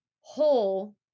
whole